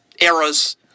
Eras